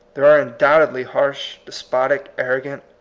there are undoubtedly harsh, despotic, arrogant,